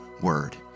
word